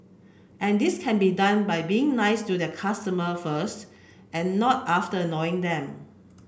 and this can be done by being nice to their customer first and not after annoying them